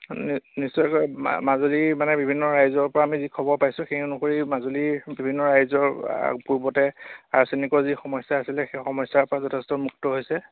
নিশ্চয়কৈ মাজুলী মানে বিভিন্ন ৰাইজৰ পৰা আমি যি খবৰ পাইছোঁ সেই অনুসৰি মাজুলীৰ বিভিন্ন ৰাইজৰ পূৰ্বতে আৰ্চেনিকৰ যি সমস্যা আছিলে সেই সমস্যাৰ পৰা যথেষ্ট মুক্ত হৈছে